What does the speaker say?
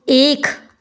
एक